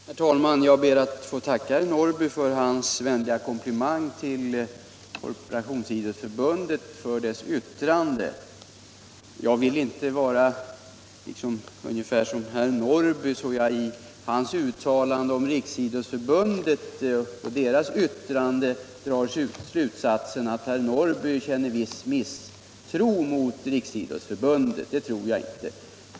Herr talman! Jag ber att få tacka herr Norrby för hans vänliga komplimang till Korpidrottsförbundet för dess yttrande. Jag vill inte av herr Norrbys uttalande om Riksidrottsförbundet och dess yttrande dra slutsatsen att han känner viss misstro mot Riksidrottsförbundet. Det tror jag inte att han gör.